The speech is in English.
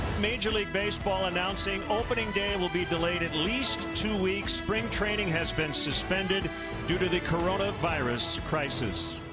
major league baseball announcing opening day will be delayed at least two weeks. spring training has been suspended due to the coronavirus crisis.